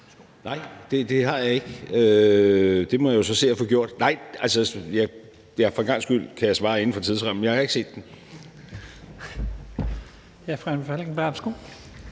Nej, det har jeg ikke. Det må jeg så se at få gjort. For en gangs skyld kan jeg svare inden for tidsrammen: Nej, jeg har ikke set den. Kl. 14:39 Første